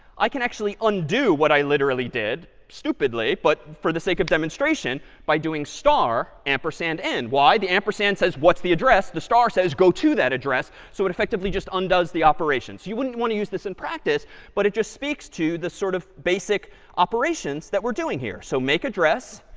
i can actually undo what i literally did, stupidly but for the sake of demonstration by doing star ampersand n. why? the ampersand says, what's the address? the star says, go to that address. so it effectively just undoes the operation. so you wouldn't want to use this in practice but it just speaks to the sort of basic operations that we're doing here. so make address,